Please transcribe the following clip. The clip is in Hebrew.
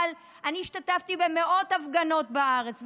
אבל אני השתתפתי במאות הפגנות בארץ,